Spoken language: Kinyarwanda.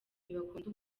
ntibakunda